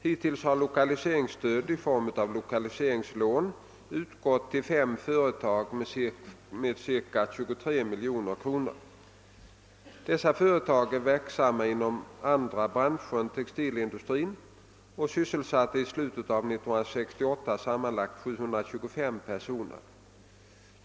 Hittills har lokaliseringsstöd i form av lokaliseringslån utgått till fem företag med cirka 23 miljoner kronor. Dessa företag är verksamma inom andra branscher än textilindustrin och sysselsatte i slutet av 1968 sammanlagt 725 personer.